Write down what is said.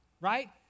right